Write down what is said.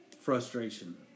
frustration